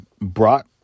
brought